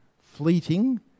fleeting